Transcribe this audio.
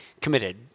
committed